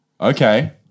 Okay